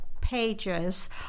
pages